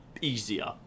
easier